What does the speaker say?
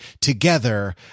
together